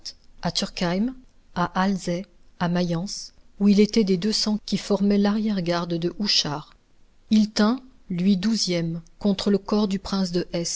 à turkheim à alzey à mayence où il était des deux cents qui formaient l'arrière-garde de houchard il tint lui douzième contre le corps du prince de